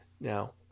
Now